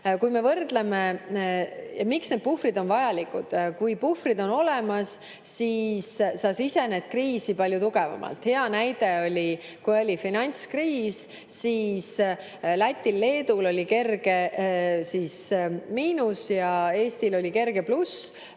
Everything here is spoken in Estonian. toon] võrdluse, miks need puhvrid on vajalikud. Kui puhvrid on olemas, siis sa sisened kriisi palju tugevamana. Hea näide oli, kui oli finantskriis, siis Lätil ja Leedul oli kerge miinus ja Eestil oli kerge pluss.